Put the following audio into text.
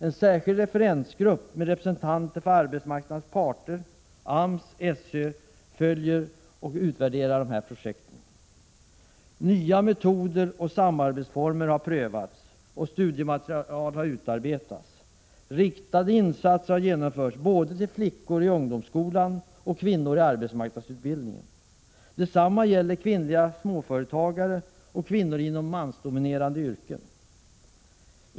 En särskild referensgrupp med representanter för arbetsmarknadens parter, AMS och SÖ följer och utvärderar projekten. Nya metoder och samarbetsformer har prövats och studiematerial har utarbetats. Insatser riktade till både flickor i ungdomsskolan och kvinnor i arbetsmarknadsutbildning har genomförts. Detsamma gäller kvinnliga småföretagare och kvinnor inom mansdominerade yrken.